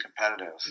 competitive